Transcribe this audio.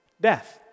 death